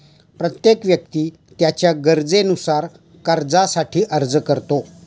प्रत्येक व्यक्ती त्याच्या गरजेनुसार कर्जासाठी अर्ज करतो